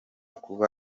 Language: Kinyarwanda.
kuba